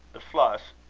the flush,